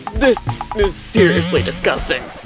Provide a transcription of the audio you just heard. this is seriously disgusting,